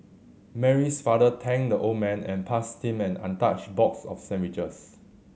Mary's father thanked the old man and passed him an untouched box of sandwiches